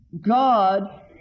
God